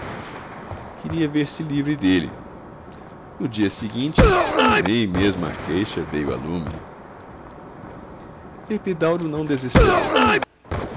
nome queria ver-se livre dele no dia seguinte nem mesmo a queixa veio a lume epidauro não desesperou